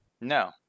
No